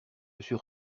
sur